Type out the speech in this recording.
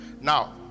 Now